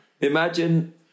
imagine